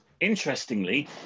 Interestingly